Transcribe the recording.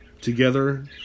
together